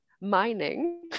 mining